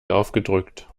aufgedrückt